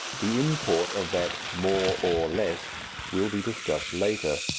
the import of that more or less will be discussed later,